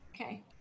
okay